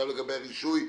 גם לגבי הרישוי,